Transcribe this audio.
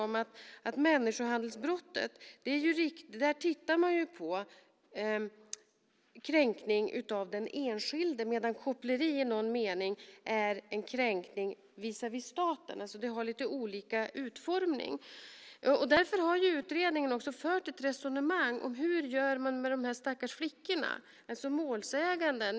Människohandelsbrottet handlar om kränkning av en enskild, medan koppleri i någon mening är en kränkning visavi staten. Därför har utredningen fört ett resonemang om hur man ska göra med de stackars flickorna som ju är målsägande.